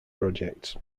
projects